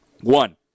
One